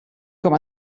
com